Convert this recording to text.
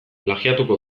plagiatuko